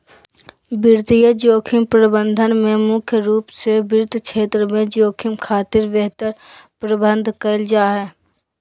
वित्तीय जोखिम प्रबंधन में मुख्य रूप से वित्त क्षेत्र में जोखिम खातिर बेहतर प्रबंध करल जा हय